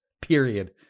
period